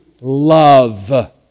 love